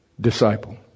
disciple